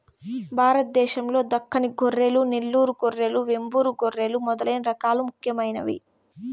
భారతదేశం లో దక్కని గొర్రెలు, నెల్లూరు గొర్రెలు, వెంబూరు గొర్రెలు మొదలైన రకాలు ముఖ్యమైనవి